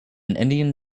indian